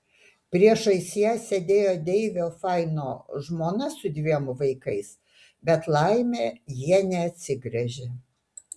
priešais ją sėdėjo deivio faino žmona su dviem vaikais bet laimė jie neatsigręžė